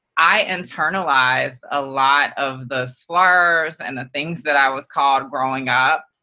i internalized a lot of the slurs and the things that i was called growing up,